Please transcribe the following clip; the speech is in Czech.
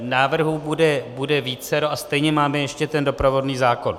Návrhů bude vícero a stejně máme ještě ten doprovodný zákon.